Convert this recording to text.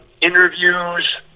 interviews